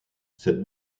cette